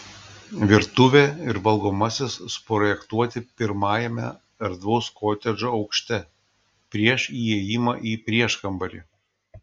virtuvė ir valgomasis suprojektuoti pirmajame erdvaus kotedžo aukšte prieš įėjimą ir prieškambarį